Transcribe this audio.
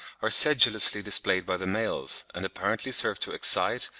are sedulously displayed by the males, and apparently serve to excite,